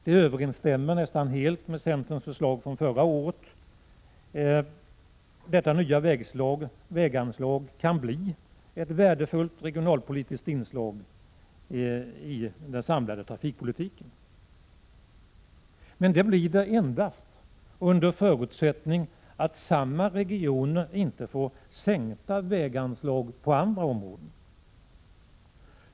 Det överensstämmer nästan helt med centerns förslag från förra året. Detta nya väganslag kan bli ett värdefullt regionalpolitiskt inslag i den samlade trafikpolitiken — men endast under förutsättning att samma regioner inte får sänkta väganslag när det gäller andra områden.